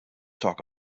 talk